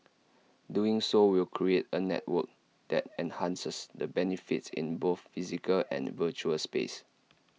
doing so will create A network that enhances the benefits in both physical and virtual space